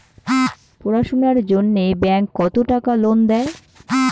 পড়াশুনার জন্যে ব্যাংক কত টাকা লোন দেয়?